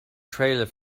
trailer